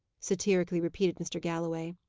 satirically repeated mr. galloway.